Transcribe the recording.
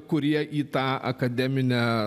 kurie į tą akademinę